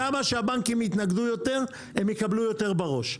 כמה שהבנקים יתנגדו יותר הם יקבלו יותר בראש.